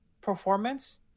performance